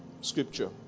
scripture